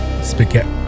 spaghetti